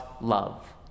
love